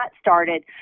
started